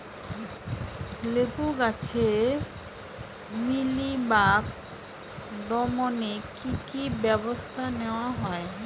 লেবু গাছে মিলিবাগ দমনে কী কী ব্যবস্থা নেওয়া হয়?